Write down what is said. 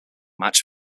match